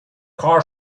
car